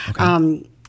Okay